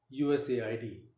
USAID